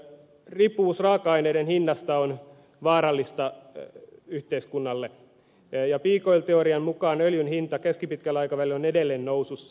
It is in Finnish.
riippuvuus raaka aineiden hinnasta on vaarallista yhteiskunnalle ja peak oil teorian mukaan öljyn hinta keskipitkällä aikavälillä on edelleen nousussa